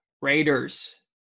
Raiders